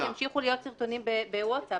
ימשיכו להיות סרטונים בווטסאפ.